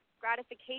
gratification